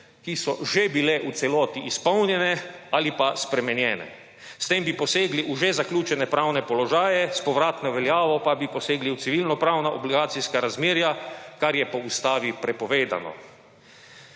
ki so že bile v celoti izpolnjene ali pa spremenjene. S tem bi posegli v že zaključene pravne položaje, s povratno veljavo pa bi posegli v civilnopravna obligacijska razmerja, kar je po ustavi prepovedano.